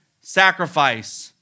sacrifice